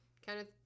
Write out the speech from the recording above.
Kenneth